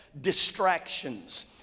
Distractions